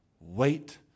wait